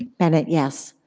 bennett, yes.